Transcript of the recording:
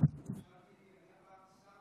אדוני היושב-ראש,